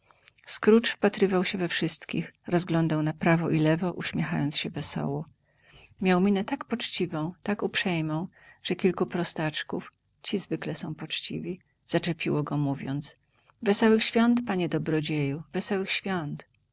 scrooge wpatrywał się we wszystkich rozglądał na prawo i lewo uśmiechając się wesoło miał minę tak poczciwą tak uprzejmą że kilku prostaczków ci zwylezwykle są poczciwi zaczepiło go mówiąc wesołych świąt panie dobrodzieju wesołych świąt